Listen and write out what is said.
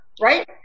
right